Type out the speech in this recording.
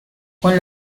con